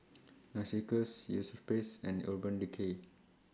Narcissus Europace and Urban Decay